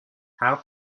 how